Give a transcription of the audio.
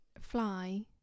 fly